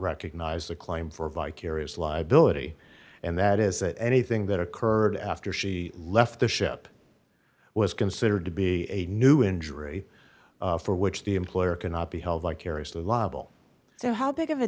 recognize the claim for vicarious liability and that is that anything that occurred after she left the ship was considered to be a new injury for which the employer cannot be held vicariously liable so how big of a